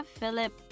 Philip